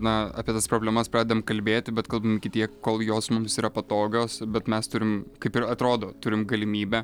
na apie tas problemas pradedam kalbėti bet kalbam iki tiek kol jos mums yra patogios bet mes turim kaip ir atrodo turim galimybę